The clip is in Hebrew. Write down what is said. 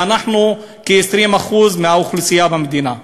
ואנחנו כ-20% מהאוכלוסייה במדינה.